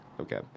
Okay